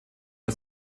der